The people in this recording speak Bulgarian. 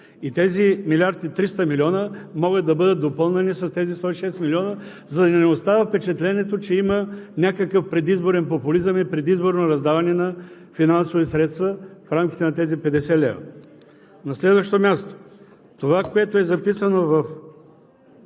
И тези милиард 300 милиона могат да бъдат допълнени с тези 106 милиона, за да не остава впечатлението, че има някакъв предизборен популизъм и предизборно раздаване на финансови средства в рамките на тези 50 лв. На следващо място, това, което е записано в